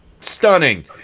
stunning